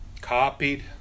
copied